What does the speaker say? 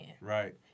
Right